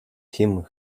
him